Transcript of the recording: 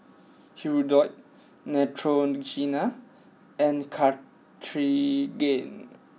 Hirudoid Neutrogena and Cartigain